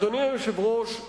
אדוני היושב-ראש,